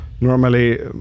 Normally